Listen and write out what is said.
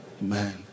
man